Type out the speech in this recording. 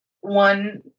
one